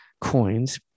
coins